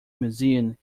museum